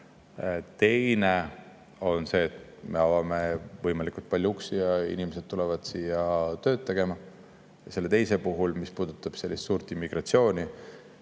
on see, et me avame võimalikult palju uksi ja inimesed tulevad siia tööd tegema. See teine [võimalus], mis puudutab suurt immigratsiooni,